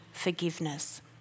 forgiveness